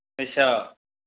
अच्छा